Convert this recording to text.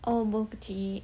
oh booth kecil